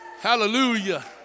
Hallelujah